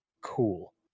cool